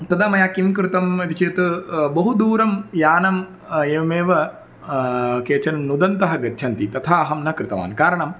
तदा मया किं कृतम् इति चेत् बहु दूरं यानं एवमेव केचन नुदन्तः गच्छन्ति तथा अहं न कृतवान् कारणं